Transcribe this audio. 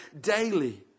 daily